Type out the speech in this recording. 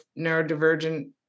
neurodivergent